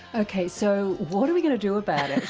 okay, so what are we going to do about